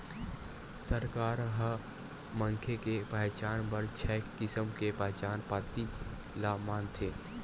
सरकार ह मनखे के पहचान बर छय किसम के पहचान पाती ल मानथे